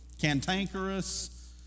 Cantankerous